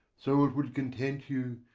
so it would content you,